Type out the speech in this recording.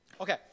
Okay